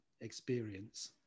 experience